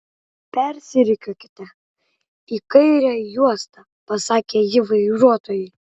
persirikiuokite į kairę juostą pasakė ji vairuotojui